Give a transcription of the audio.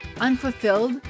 unfulfilled